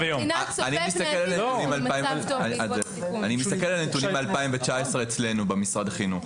אני מסתכל על הנתונים ב-2019 אצלנו במשרד החינוך